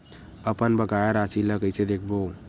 अपन बकाया राशि ला कइसे देखबो?